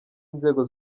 nzego